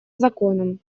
законом